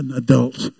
adults